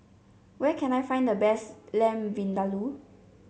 where can I find the best Lamb Vindaloo